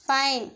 fine